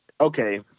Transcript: okay